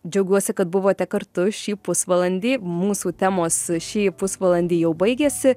džiaugiuosi kad buvote kartu šį pusvalandį mūsų temos šį pusvalandį jau baigėsi